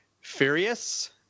Furious